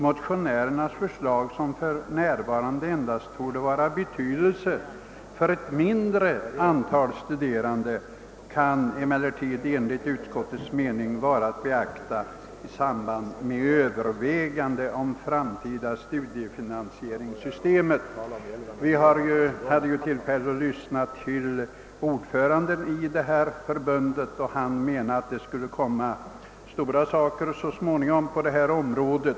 Motionärernas förslag, som f.n. endast torde vara av betydelse för ett mindre antal studerande, kan emellertid enligt utskottets mening vara värt att beakta i samband med Öövervägandena om det framtida studiefinansieringssystemet.» Vi hade ju tillfälle att lyssna till ordföranden i centrala studiehjälpsnämnden, och han anförde att det skulle vidtas långtgående åtgärder så småningom på detta område.